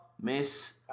Miss